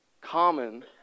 common